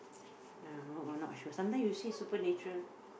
uh not or not sure sometimes you see supernatural